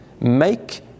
make